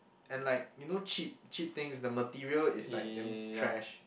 and like you know cheap cheap things the material is like damn thrash